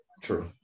True